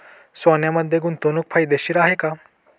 सोन्यामध्ये गुंतवणूक फायदेशीर आहे का?